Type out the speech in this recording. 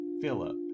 Philip